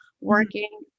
working